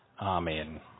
Amen